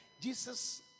jesus